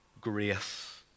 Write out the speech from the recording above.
grace